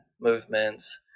movements